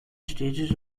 stages